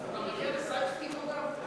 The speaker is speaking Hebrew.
אתה מגיע לסייקס-פיקו גם?